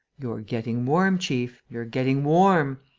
you're getting warm, chief, you're getting warm!